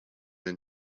and